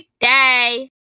day